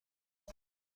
کنم